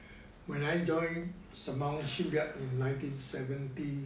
when I join sembawang shipyard in nineteen seventy